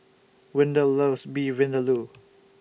Windell loves Beef Vindaloo